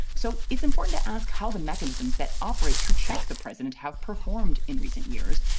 so, it's important to ask how the mechanisms that operate to check the president have performed in recent years.